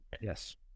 Yes